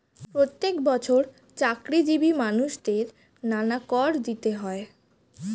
প্রত্যেক বছর চাকরিজীবী মানুষদের নানা কর দিতে হয়